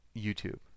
YouTube